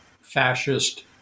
fascist